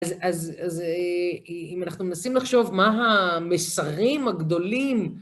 אז אם אנחנו מנסים לחשוב מה המסרים הגדולים...